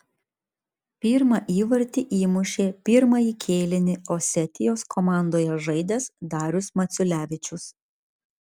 pirmą įvartį įmušė pirmąjį kėlinį osetijos komandoje žaidęs darius maciulevičius